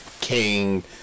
King